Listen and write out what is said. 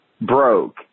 broke